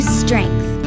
strength